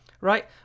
right